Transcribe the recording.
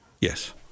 Yes